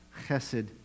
chesed